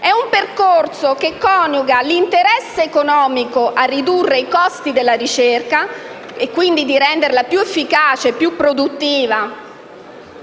di un percorso che coniuga l'interesse economico a ridurre i costi della ricerca, rendendola più efficace, produttiva